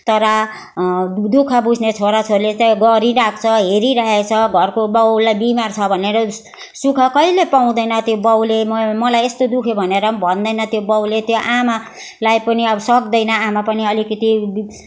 तर दुःख बुझ्ने छोरा छोरीले चाहिँ गरिराख्छ हेरिरहेको छ घरको बाउलाई बिमार छ भनेर सुख कहिल्यै पाउँदैन त्यो बाउले मलाई यस्तो दुःख्यो भनेर भन्दैन त्यो बाउले त्यो आमालाई पनि अब सक्दैन आमा पनि अलिकति